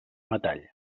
metall